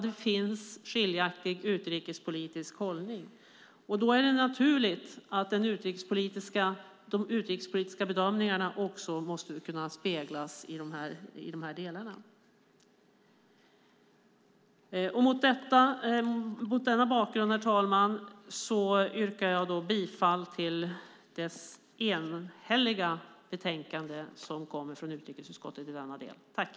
Det finns en skiljaktig utrikespolitisk hållning. Då är det naturligt att de utrikespolitiska bedömningarna måste speglas i de delarna. Herr talman! Mot denna bakgrund yrkar jag bifall till förslaget i utrikesutskottets enhälliga utlåtande.